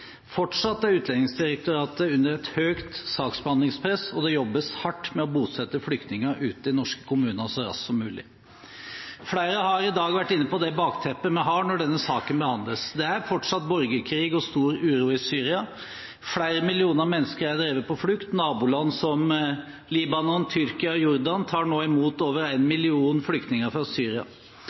Fortsatt er Utlendingsdirektoratet under et høyt saksbehandlingspress, og det jobbes hardt med å bosette flyktninger ute i norske kommuner så raskt som mulig. Flere her i dag har vært inne på det bakteppet vi har når denne saken behandles. Det er fortsatt borgerkrig og stor uro i Syria. Flere millioner mennesker er drevet på flukt. Naboland som Libanon, Tyrkia og Jordan tar nå imot over én million flyktninger fra Syria.